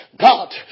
God